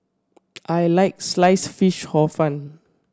I like Sliced Fish Hor Fun